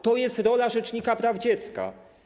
To jest rola rzecznika praw dziecka.